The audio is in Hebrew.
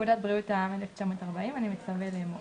לפקודת בריאות העם, 1940, אני מצווה לאמור: